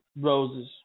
roses